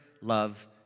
love